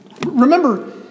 Remember